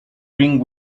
bring